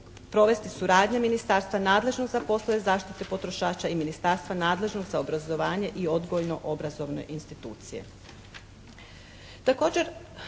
provesti suradnja ministarstva nadležnog za poslove zaštite potrošača i ministarstva nadležnog za obrazovanje i odgojno obrazovne institucije.